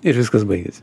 ir viskas baigėsi